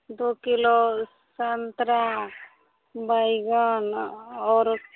दुइ किलो सन्तरा बैगन आओर